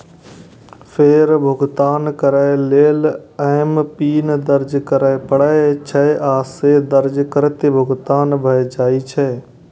फेर भुगतान करै लेल एमपिन दर्ज करय पड़ै छै, आ से दर्ज करिते भुगतान भए जाइ छै